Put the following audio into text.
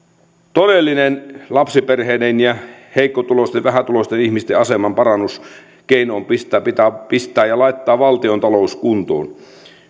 todellinen lapsiperheiden ja heikkotuloisten vähätuloisten ihmisten aseman parannuskeino on pistää ja laittaa valtiontalous kuntoon